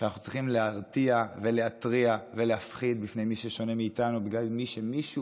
שאנחנו צריכים להרתיע ולהתריע ולהפחיד מפני מי ששונה מאיתנו בגלל שמישהו